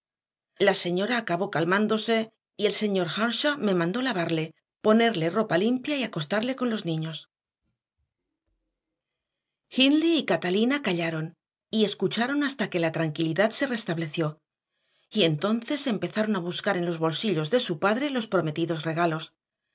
la señora acabó calmándose y el señor earnshaw me mandó lavarle ponerle ropa limpia y acostarle con los niños hindley y catalina callaron y escucharon hasta que la tranquilidad se restableció y entonces empezaron a buscar en los bolsillos de su padre los prometidos regalos